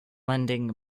lending